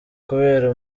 kubera